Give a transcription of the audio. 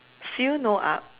fill no up